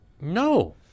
no